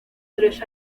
tres